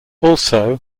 also